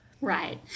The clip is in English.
right